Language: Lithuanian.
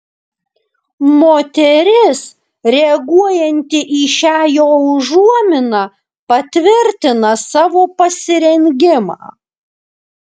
moteris reaguojanti į šią jo užuominą patvirtina savo pasirengimą